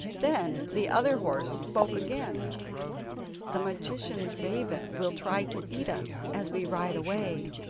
then the other horse spoke again the magician's raven will try to eat us as we ride away,